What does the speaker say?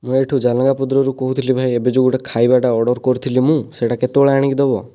ମୁଁ ଏଇଠୁ ଯାନକାପୋଦରାରୁ କହୁଥିଲି ଭାଇ ଏବେ ଯେଉଁ ଗୋଟିଏ ଖାଇବାଟା ଅର୍ଡ଼ର କରିଥିଲି ମୁଁ ସେଇଟା କେତବେଳେ ଆଣିକି ଦେବ